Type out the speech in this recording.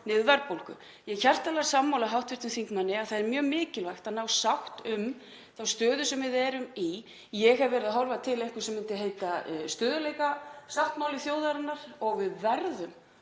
niður verðbólgu. Ég er hjartanlega sammála hv. þingmanni að það er mjög mikilvægt að ná sátt um þá stöðu sem við erum í. Ég hef verið að horfa til einhvers sem myndi heita stöðugleikasáttmáli þjóðarinnar og við verðum